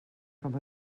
com